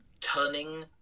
turning